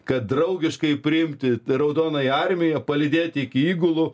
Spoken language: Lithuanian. kad draugiškai priimti raudonąją armiją palydėti iki įgulų